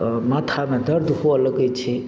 माथामे दर्द हुअए लगय छै